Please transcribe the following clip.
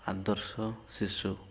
ଆଦର୍ଶ ଶିଶୁ